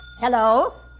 Hello